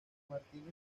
martín